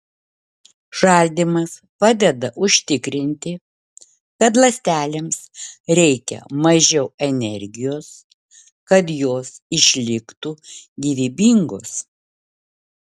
šaldymas padeda užtikrinti kad ląstelėms reikia mažiau energijos kad jos išliktų gyvybingos